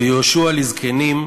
ויהושע לזקנים,